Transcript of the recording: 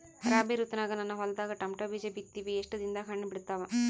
ರಾಬಿ ಋತುನಾಗ ನನ್ನ ಹೊಲದಾಗ ಟೊಮೇಟೊ ಬೀಜ ಬಿತ್ತಿವಿ, ಎಷ್ಟು ದಿನದಾಗ ಹಣ್ಣ ಬಿಡ್ತಾವ?